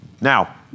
Now